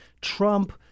Trump